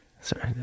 Sorry